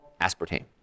Aspartame